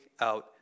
out